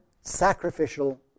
sacrificial